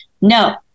no